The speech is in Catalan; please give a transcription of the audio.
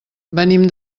venim